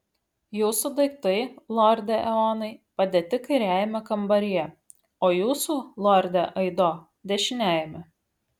jūsų daiktai lorde eonai padėti kairiajame kambaryje o jūsų lorde aido dešiniajame